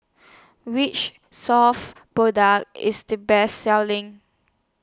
Which Soft IS The Best Selling